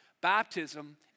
Baptism